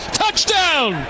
touchdown